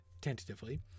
tentatively